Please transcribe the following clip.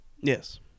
Yes